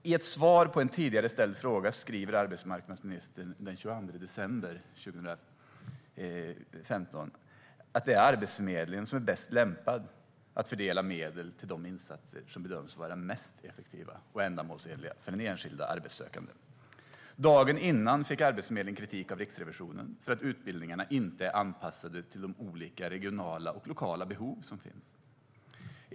I svaret på en skriftlig fråga skriver arbetsmarknadsministern den 22 december 2015: "Det är Arbetsförmedlingen som är bäst lämpad att fördela medel till de insatser som bedöms vara mest effektiva och ändamålsenliga för den enskilde arbetssökande." Dagen innan fick Arbetsförmedlingen kritik av Riksrevisionen för att utbildningarna inte är anpassade till de olika regionala och lokala behov som finns.